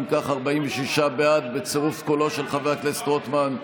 אם כך, 46 בעד, בצירוף קולו של חבר הכנסת רוטמן,